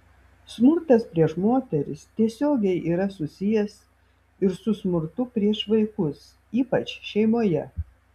smurtas prieš moteris tiesiogiai yra susijęs ir su smurtu prieš vaikus ypač šeimoje